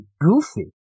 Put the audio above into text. goofy